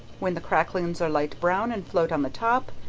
when the cracklings are light-brown and float on the top,